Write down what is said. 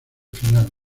final